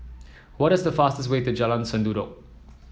what is the fastest way to Jalan Sendudok